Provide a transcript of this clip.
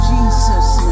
Jesus